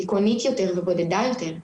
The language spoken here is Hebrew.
דיכאונית יותר ובודדה יותר,